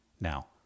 Now